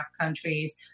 countries